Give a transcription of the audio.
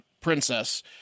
princess